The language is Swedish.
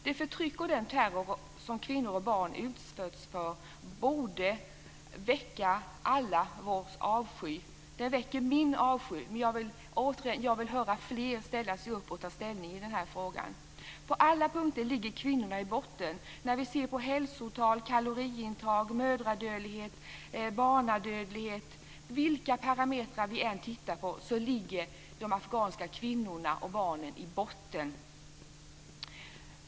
Det förtryck och den terror som kvinnor och barn utsätts för borde väcka allas vår avsky. Det väcker min avsky, men jag vill höra fler ställa sig upp och ta ställning i den här frågan. På alla punkter ligger kvinnorna i botten, när vi ser på hälsotal, kaloriintag, mödradödlighet och barnadödlighet. Vilka parametrar vi än tittar på ligger de afghanska kvinnorna och barnen i botten.